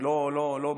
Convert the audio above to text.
אני לא מעליב,